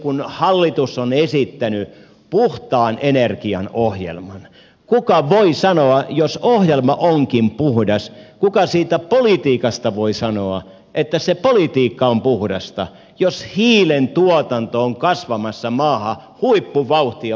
kun hallitus on esittänyt puhtaan energian ohjelman jos ohjelma onkin puhdas kuka siitä politiikasta voi sanoa että se politiikka on puhdasta jos hiilen tuotanto on kasvamassa maahan huippuvauhtia